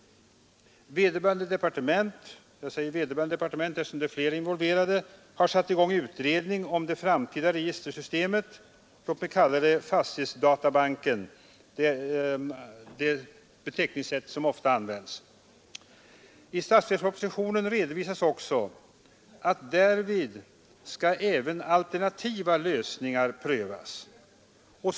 Vederböran de departement — det är flera involverade — har satt i gång utredning om det framtida registersystemet, låt mig kalla det fastighetsdatabanken, det beteckningssätt som ofta används. I statsverkspropositionen redovisas också att även alternativa lösningar skall prövas.